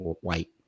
white